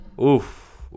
Oof